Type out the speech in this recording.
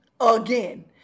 again